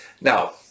now